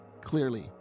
clearly